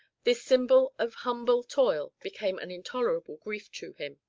this symbol of humble toil became an intolerable grief to him.